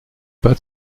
pas